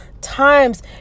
times